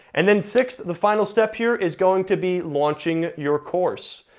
and then sixth, the final step here, is going to be launching your course.